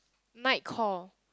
Mike Kor